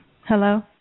Hello